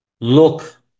look